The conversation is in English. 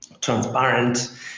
transparent